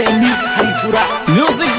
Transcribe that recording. music